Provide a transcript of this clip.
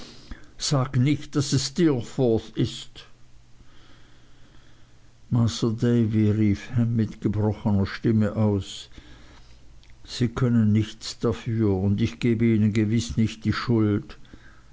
sag nicht daß es steerforth ist masr davy rief ham mit gebrochener stimme aus sie können nichts dafür und ich gebe ihnen gewiß nicht die schuld